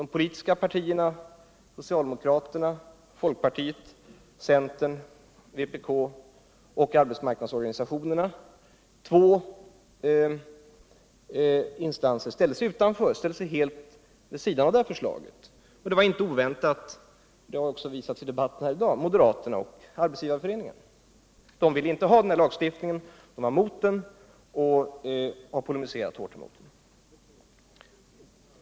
De politiska partierna — socialdemokraterna, folk partiet, centern, vpk — och arbetstagarorganisationerna var för förslaget, medan två instanser ställde sig helt vid sidan om det, nämligen moderaterna och Svenska arbetsgivareföreningen — något som inte var oväntat, vilket också visat sig vid debatten i dag. Moderaterna och Arbetsgivareföreningen polemiserade hårt mot denna lagstiftning.